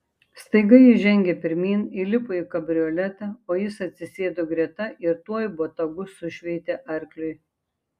staiga ji žengė pirmyn įlipo į kabrioletą o jis atsisėdo greta ir tuoj botagu sušveitė arkliui